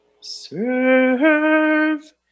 serve